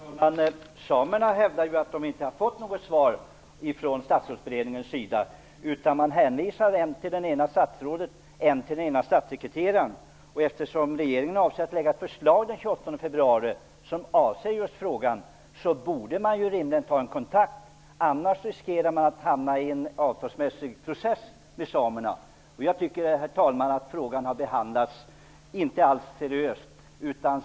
Herr talman! Samerna hävdar att de inte har fått något svar från statsrådsberedningen. Man hänvisar till än det ena statsrådet än den andra statssekreteraren. Eftersom regeringen avser att lägga fram ett förslag i frågan den 28 februari borde man rimligen ta en kontakt. I annat fall riskerar man att hamna i en avtalsmässig process med samerna. Herr talman! Jag tycker inte alls att frågan har behandlats seriöst.